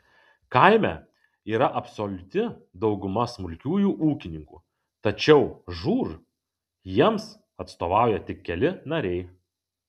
kaime yra absoliuti dauguma smulkiųjų ūkininkų tačiau žūr jiems atstovauja tik keli nariai